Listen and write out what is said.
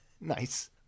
nice